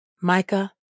Micah